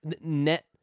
Net